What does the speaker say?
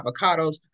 avocados